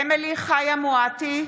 (קוראת בשמות חברי הכנסת) אמילי חיה מואטי,